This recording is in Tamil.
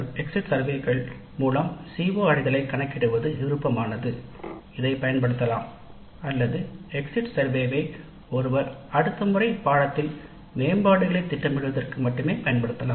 எக்ஸிட் சர்வே கணக்கெடுப்புகள் மூலம் CO இணைப்பை கணக்கிடுவது விருப்பமானது இதைப் பயன்படுத்தலாம் அல்லது எக்ஸிட் சர்வே கணக்கெடுப்பை ஒருவர் அடுத்த முறை பாடத்திட்டத்த்தில் மேம்பாடுகளைத் திட்டமிடுவதற்கு மட்டுமே பயன்படுத்தலாம்